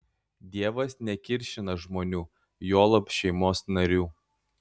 dievas nekiršina žmonių juolab šeimos narių